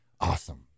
Awesome